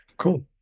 Cool